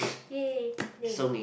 !yay! there you go